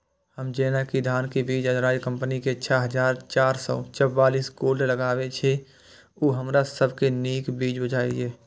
हम जेना कि धान के बीज अराइज कम्पनी के छः हजार चार सौ चव्वालीस गोल्ड लगाबे छीय उ हमरा सब के नीक बीज बुझाय इय?